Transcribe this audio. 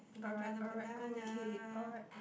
alright alright okay alright